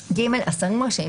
(ג) השרים רשאים,